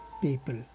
people